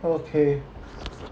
okay